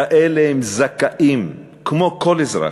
ככאלה הם זכאים, כמו כל אזרח,